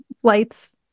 flights